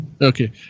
Okay